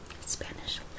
Spanish